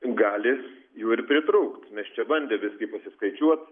gali jų ir pritrūkt nes čia bandė visgi pasiskaičiuoti